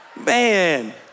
man